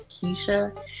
Keisha